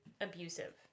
abusive